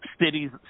cities